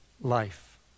life